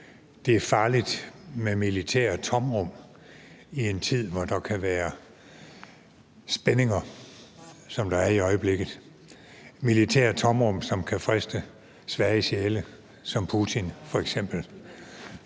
det er farligt med militære tomrum i en tid, hvor der kan være spændinger, som der er i øjeblikket – militære tomrum, som kan friste svage sjæle som Putin f.eks.